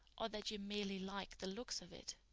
or that you merely like the looks of it?